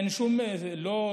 אין שום סמכות